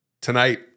tonight